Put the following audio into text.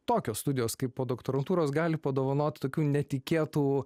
tokios studijos kaip podoktorantūros gali padovanot tokių netikėtų